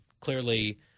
clearly